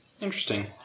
Interesting